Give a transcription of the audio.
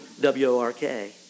W-O-R-K